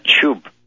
tube